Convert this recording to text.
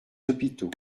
hôpitaux